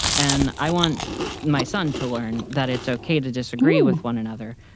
and i want my son to learn that it's okay to disagree with one another.